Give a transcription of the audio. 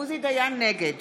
נגד